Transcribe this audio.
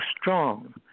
strong